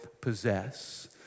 possess